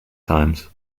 times